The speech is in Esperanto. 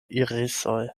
irisoj